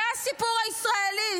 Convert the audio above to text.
זה הסיפור הישראלי,